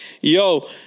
Yo